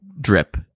drip